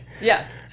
Yes